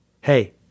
Hey